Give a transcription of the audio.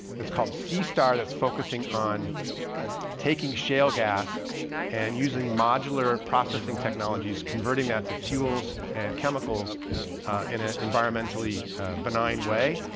it's called seastar. that's focusing on taking shale gas and using modular processing technologies, converting that to fuels and chemicals in a environmentally benign way,